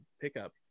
pickup